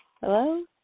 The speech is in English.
Hello